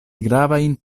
gravajn